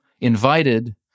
invited